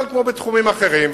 כמו בתחומים אחרים.